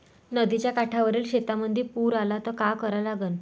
नदीच्या काठावरील शेतीमंदी पूर आला त का करा लागन?